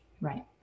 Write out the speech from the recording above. right